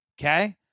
Okay